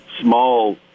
small